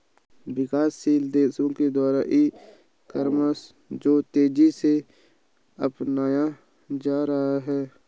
विकासशील देशों के द्वारा ई कॉमर्स को तेज़ी से अपनाया जा रहा है